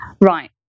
right